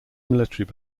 military